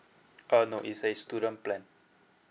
uh no it's a student plan